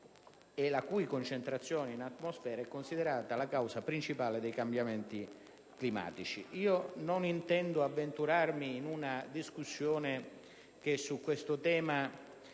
la cui concentrazione in atmosfera è considerata la causa principale dei cambiamenti climatici. Non intendo avventurarmi in una discussione su un tema